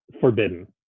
forbidden